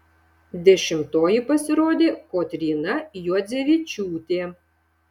dešimtoji pasirodė kotryna juodzevičiūtė